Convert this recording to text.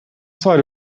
side